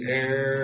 air